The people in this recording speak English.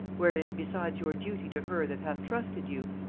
wherein, besides your duty to her that hath trusted you,